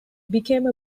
became